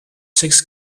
six